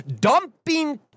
dumping